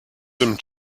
some